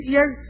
Yes